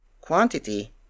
quantity